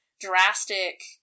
drastic